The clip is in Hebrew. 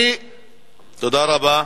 תודה רבה.